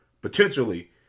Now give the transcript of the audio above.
potentially